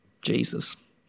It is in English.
Jesus